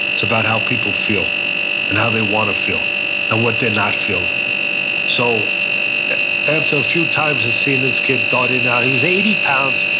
it's about how people feel and how they want to feel and what they're not feeling so after a few times of seeing this kid dart in and out, he was eighty pounds.